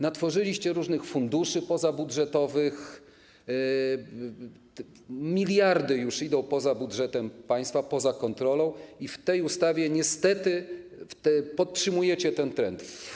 Natworzyliście wiele różnych funduszy pozabudżetowych, miliardy już idą poza budżetem państwa, poza kontrolą i w tej ustawie niestety podtrzymujecie ten trend.